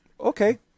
Okay